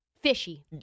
Fishy